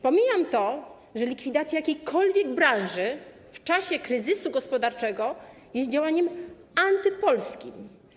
Pomijam fakt, że likwidacja jakiejkolwiek branży w czasie kryzysu gospodarczego jest działaniem antypolskim.